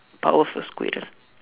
power of a squirrel